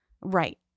right